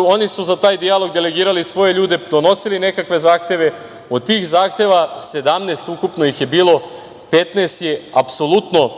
Oni su za taj dijalog delegirali svoje ljude, donosili nekakve zahteve, a od tih zahteva, 17 ukupno ih je bilo, 15 je apsolutno